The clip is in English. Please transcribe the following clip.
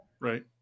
Right